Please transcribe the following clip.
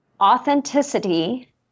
authenticity